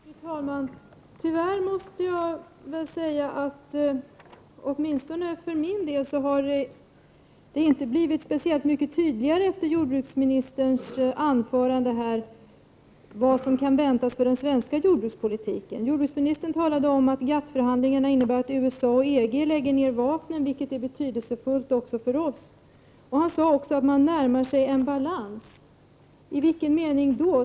Fru talman! Tyvärr måste jag säga att det efter jordbruksministerns anförande inte har blivit speciellt mycket tydligare för mig vad som väntas för den svenska jordbrukspolitiken. Jordbruksministern talade om att GATT förhandlingarna innebär att USA och EG lägger ned vapnen, vilket är betydelsefullt även för oss. Jordbruksministern sade också att man närmar sig en balans. I vilken mening då?